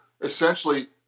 essentially